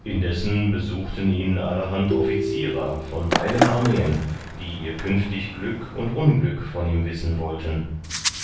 indessen besuchten ihn allerhand offizierer von beiden armeen die ihr künftig glück und unglück von ihm wissen wollten